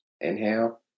inhale